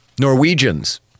Norwegians